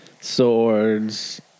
swords